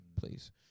please